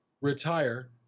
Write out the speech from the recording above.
retire